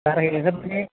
कार्यालये सप्त